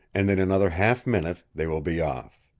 and in another half minute they will be off.